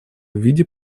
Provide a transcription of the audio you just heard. виде